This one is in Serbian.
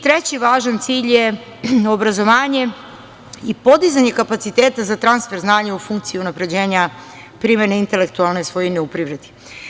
Treći važan cilj je obrazovanje i podizanje kapaciteta za transfer znanja u funkciji unapređenja primene intelektualne svojine u privredi.